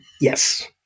Yes